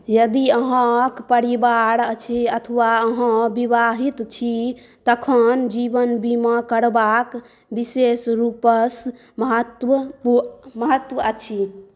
यदि अहाँके परिवार अछि अथवा अहाँ विवाहित छी तखन जीवन बीमा करबाक विशेष रूपसॅं महत्व अछि